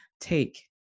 take